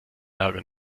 ärger